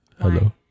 Hello